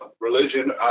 religion